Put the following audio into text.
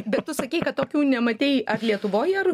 bet tu sakei kad tokių nematei ar lietuvoj ar